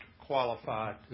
qualified